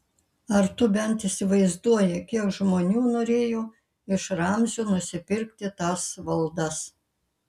ar tu bent įsivaizduoji kiek žmonių norėjo iš ramzio nusipirkti tas valdas